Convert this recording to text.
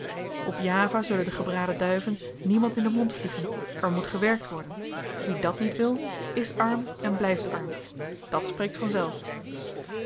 op java zullen de gebraden duiven niemand in den mond vliegen er moet gewerkt worden wie dàt niet wil is arm en blyft arm dat spreekt vanzelf